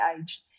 aged